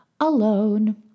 alone